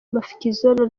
mafikizolo